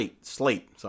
Slate